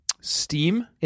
Steam